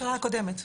הממשלה קודמת.